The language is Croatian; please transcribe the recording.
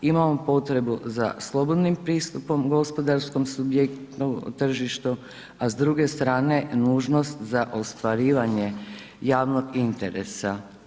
Imamo potrebu za slobodnim pristupom gospodarskom subjektu tržištu a s druge strane nužnost za ostvarivanje javnog interesa.